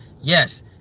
Yes